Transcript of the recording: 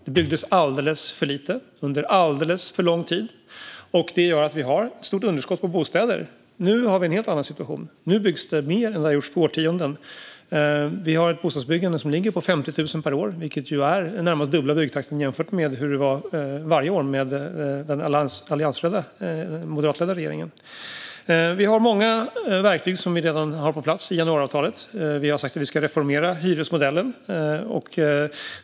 Det byggdes alldeles för lite under alldeles för lång tid. Det ledde till ett stort underskott på bostäder. Nu har vi en helt annan situation. Det byggs mer än det har gjorts på årtionden. Vi har ett bostadsbyggande som ligger på 50 000 per år. Det är närmast dubbla byggtakten jämfört med varje år under den moderatledda regeringen. Vi har redan många verktyg på plats i januariavtalet. Vi har sagt att vi ska reformera hyresmodellen.